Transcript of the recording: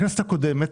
בכנסת הקודמת,